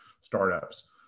startups